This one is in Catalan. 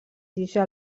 tija